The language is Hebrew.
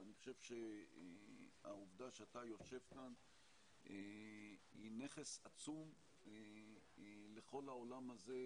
ואני חושב שהעובדה שאתה יושב כאן היא נכס עצום לכל העולם הזה,